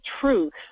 truth